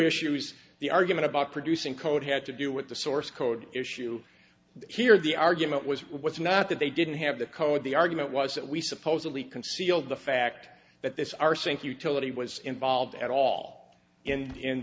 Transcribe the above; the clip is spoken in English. issues the argument about producing code had to do with the source code issue here the argument was what's not that they didn't have the code the argument was that we supposedly concealed the fact that this our cinc utility was involved at all and in